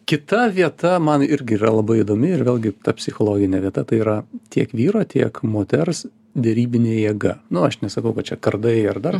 kita vieta man irgi yra labai įdomi ir vėlgi ta psichologinė vieta tai yra tiek vyro tiek moters derybinė jėga nu aš nesakau kad čia kardai ar dar